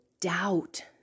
doubt